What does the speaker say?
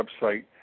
website